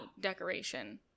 decoration